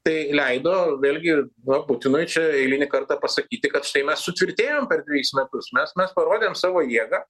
tai leido vėlgi va putinui čia eilinį kartą pasakyti kad štai mes sutvirtėjom per dvejus metus mes mes parodėm savo jėgą